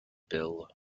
bill